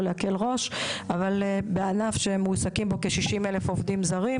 לא להקל ראש אבל בענף שמועסקים בו כ-60,000 עובדים זרים,